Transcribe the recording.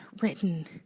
written